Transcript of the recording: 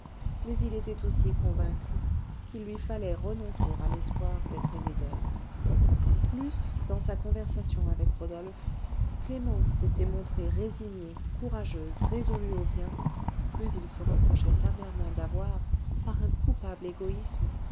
mais il était aussi convaincu qu'il lui fallait renoncer à l'espoir d'être aimé d'elle plus dans sa conversation avec rodolphe clémence s'était montrée résignée courageuse résolue au bien plus il se reprochait amèrement d'avoir par un coupable égoïsme